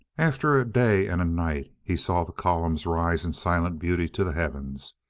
after a day and a night he saw the column rise in silent beauty to the heavens.